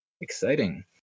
exciting